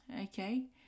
Okay